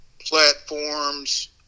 platforms